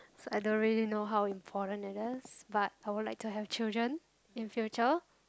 so I don't really know how important it is but I would like to have children in future